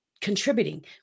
contributing